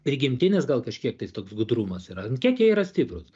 prigimtinis gal kažkiek tais toks gudrumas yra ant kiek jie yra stiprūs